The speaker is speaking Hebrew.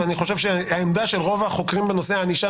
אבל אני חושב שהעמדה של רוב החוקרים בנושא ענישה